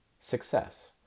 Success